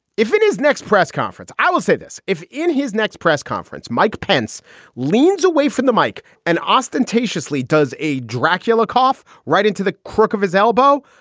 if it is next press conference, i will say this if in his next press conference, mike pence leans away from the mike and ostentatiously does a dracula cough right into the crook of his elbow.